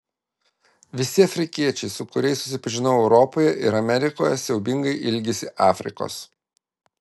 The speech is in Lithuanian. visi afrikiečiai su kuriais susipažinau europoje ir amerikoje siaubingai ilgisi afrikos